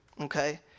Okay